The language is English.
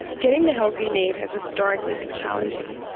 getting the help you need has historically been challenging.